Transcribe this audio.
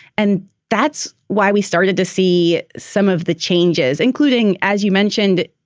and that's why we started to see some of the changes, including, as you mentioned,